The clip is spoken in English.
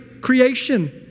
creation